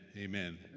Amen